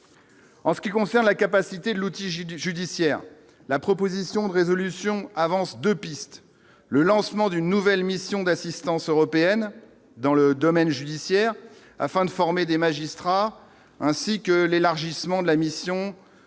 En ce qui concerne la capacité de l'outil j'du judiciaire, la proposition de résolution avance 2 pistes, le lancement d'une nouvelle mission d'assistance européenne dans le domaine judiciaire afin de former des magistrats, ainsi que l'élargissement de la mission EUTM